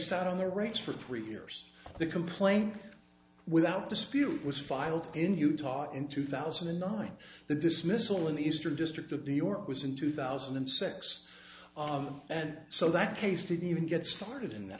sat on their rights for three years they complained without dispute was filed in utah in two thousand and nine the dismissal in the eastern district of new york was in two thousand and six and so that case didn't even get started